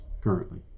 currently